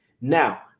Now